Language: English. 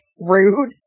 Rude